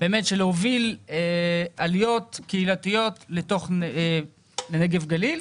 באמת להוביל עליות קהילתיות לנגב גליל?